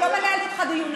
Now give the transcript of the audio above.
אני לא מנהלת איתך דיון,